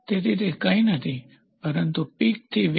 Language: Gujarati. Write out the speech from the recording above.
તેથી તે કંઇ નથી પરંતુ પીકથી વેલી